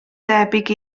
debyg